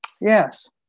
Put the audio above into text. yes